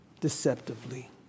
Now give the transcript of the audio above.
deceptively